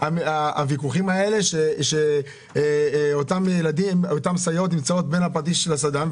הוויכוחים האלה שאותן סייעות נמצאו בין הפטיש לסדן?